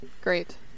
great